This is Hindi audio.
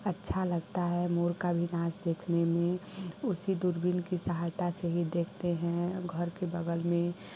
अच्छा लगता है मोर का भी नाच देखने में उसी दूरबीन की सहायता से भी देखते हैं घर के बगल में